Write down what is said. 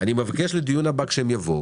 אני מבקש לדיון הבא כשהם יבואו,